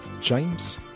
James